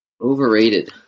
Overrated